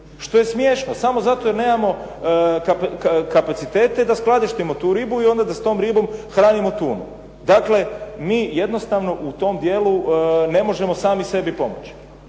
što je smiješno samo zato što nema kapacitete da skladištimo tu ribu i onda da s tom ribom hranimo tunu. Dakle, mi jednostavno u tom dijelu ne možemo sami sebi pomoći